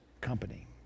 Company